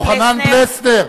פלסנר,